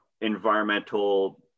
environmental